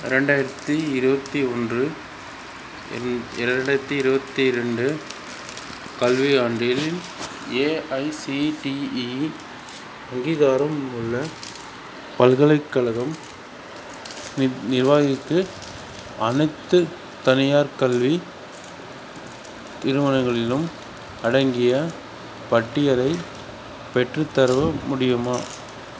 ரெண்டாயிரத்து இருபத்தி ஒன்று இ ரெண்டாயிரத்து இருபத்தி ரெண்டு கல்வியாண்டில் ஏஐசிடிஇ அங்கீகாரமுள்ள பல்கலைக்கழகம் நி நிர்வகித்து அனைத்துத் தனியார் கல்வி நிறுவனங்களிலும் அடங்கிய பட்டியலை பெற்றுத்தர முடியுமா